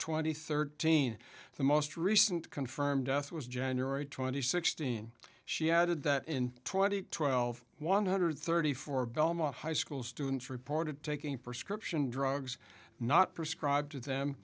and thirteen the most recent confirmed death was january twenty sixth in she added that in twenty twelve one hundred thirty four belmont high school students reported taking prescription drugs not prescribed to them